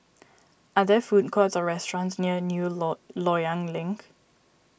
are there food courts or restaurants near New Loyang Link